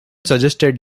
suggested